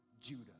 Judah